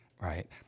Right